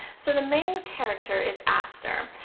so the main character is aster.